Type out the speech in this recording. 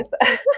Yes